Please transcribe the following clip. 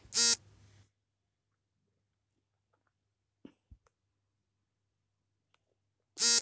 ಯಾವ ಕೀಟಗಳ ನಿವಾರಣೆಗಾಗಿ ಮೋಹನ ಬಲೆಗಳನ್ನು ಹಾಕಲಾಗುತ್ತದೆ ಮತ್ತು ಹೇಗೆ?